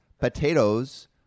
potatoes